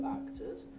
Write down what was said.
actors